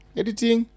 editing